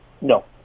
No